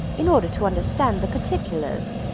in order to understand the particulars,